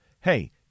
Hey